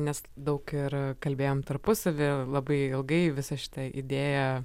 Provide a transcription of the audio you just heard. nes daug ir kalbėjom tarpusavy labai ilgai visą šitą idėją